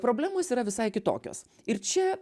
problemos yra visai kitokios ir čia